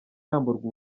yamburwa